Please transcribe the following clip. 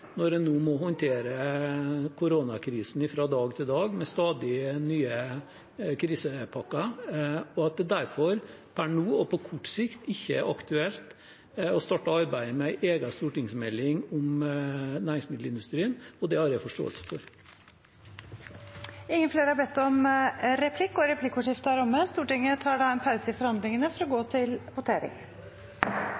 når en nå må håndtere koronakrisen fra dag til dag, med stadig nye krisepakker – og at det derfor per nå og på kort sikt ikke er aktuelt å starte arbeidet med en egen stortingsmelding om næringsmiddelindustrien. Det har jeg forståelse for. Replikkordskiftet er omme. Stortinget tar en pause i forhandlingene for å gå